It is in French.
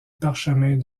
parchemin